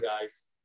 guys